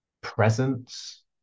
presence